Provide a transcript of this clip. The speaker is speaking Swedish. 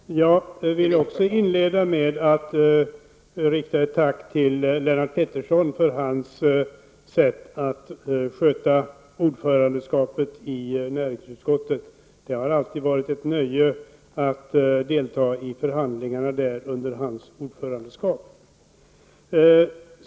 Fru talman! Jag vill också inleda med att rikta ett tack till Lennart Pettersson för hans sätt att sköta ordförandeskapet i näringsutskottet. Det har alltid varit ett nöje att delta i förhandlingarna där under hans ordförandeskap.